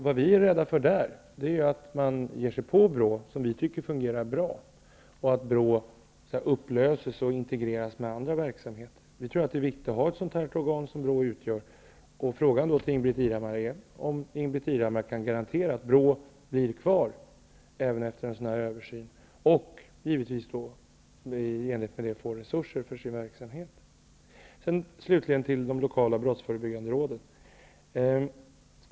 Vad vi är rädda för är att man ger sig på BRÅ, som vi tycker fungerar bra, och att BRÅ Vi tror att det är viktigt att ha ett sådant organ som BRÅ utgör. Min fråga till Ingbritt Irhammar är om hon kan garantera att BRÅ kommer att bli kvar även efter översynen och givetvis i enlighet därmed får resurser för sin verksamhet. Slutligen om lokala brottsförebyggande råd.